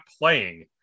playing